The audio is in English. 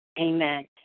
Amen